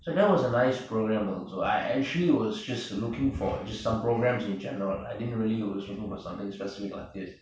so that was a nice programme also I actually was just looking for some programs in general I didn't really was looking for something specific on this